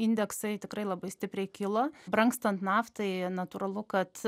indeksai tikrai labai stipriai kilo brangstant naftai natūralu kad